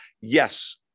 Yes